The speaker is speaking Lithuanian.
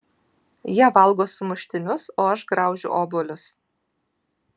jie valgo sumuštinius o aš graužiu obuolius